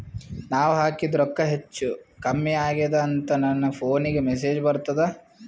ನಾವ ಹಾಕಿದ ರೊಕ್ಕ ಹೆಚ್ಚು, ಕಮ್ಮಿ ಆಗೆದ ಅಂತ ನನ ಫೋನಿಗ ಮೆಸೇಜ್ ಬರ್ತದ?